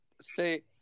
say